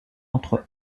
entre